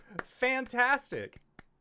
Fantastic